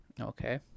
Okay